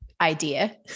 idea